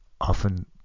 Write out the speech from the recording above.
often